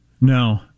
No